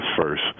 first